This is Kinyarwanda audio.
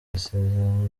isezerano